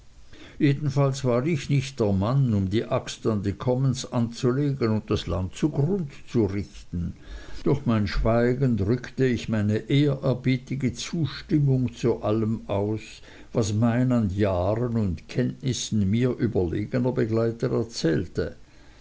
jedenfalls war ich nicht der mann um die axt an die commons anzulegen und das land zugrunde zu richten durch mein schweigen drückte ich meine ehrerbietige zustimmung zu allem aus was mein an jahren und kenntnissen mir überlegener begleiter erzählte